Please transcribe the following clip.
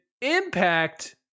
impact